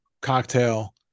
cocktail